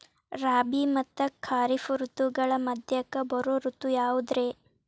ರಾಬಿ ಮತ್ತ ಖಾರಿಫ್ ಋತುಗಳ ಮಧ್ಯಕ್ಕ ಬರೋ ಋತು ಯಾವುದ್ರೇ?